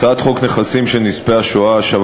הצעת חוק נכסים של נספי השואה (השבה